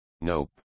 Nope